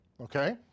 okay